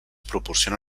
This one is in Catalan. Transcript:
proporciona